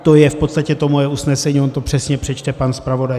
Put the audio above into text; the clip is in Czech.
To je v podstatě to moje usnesení, on to přesně přečte pan zpravodaj.